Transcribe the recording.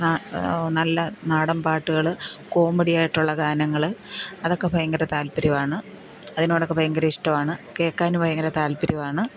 നാ നല്ല നാടൻ പാട്ടുകൾ കോമഡി ആയിട്ടുള്ള ഗാനങ്ങൾ അതൊക്ക ഭയങ്കര താൽപ്പര്യമാണ് അതിനോടൊക്ക ഭയങ്കര ഇഷ്ടമാണ് കേൾക്കാൻ ഭയങ്കര താൽപ്പര്യമാണ്